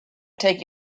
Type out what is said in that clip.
take